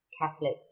Catholics